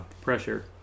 pressure